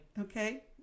Okay